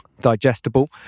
digestible